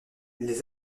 les